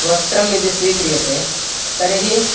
वस्त्रं यदि स्वीक्रियते तर्हि